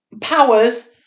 powers